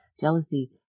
jealousy